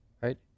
right